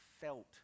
felt